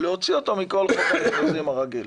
להוציא אותו מכל חוק המכרזים הרגיל.